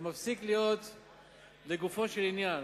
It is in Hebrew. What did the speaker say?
זה מפסיק להיות לגופו של עניין,